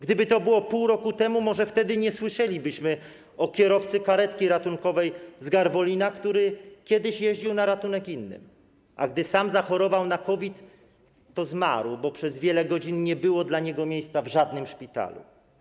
Gdyby to było pół roku temu, może wtedy nie słyszelibyśmy o kierowcy karetki ratunkowej z Garwolina, który kiedyś jeździł na ratunek innym, a gdy sam zachorował na COVID, to zmarł, bo przez wiele godzin nie znajdowano dla niego miejsca w żadnym szpitalu.